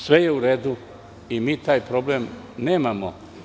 Sve je u redu i mi taj problem nemamo.